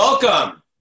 Welcome